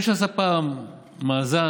מישהו עשה פעם מאזן